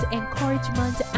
encouragement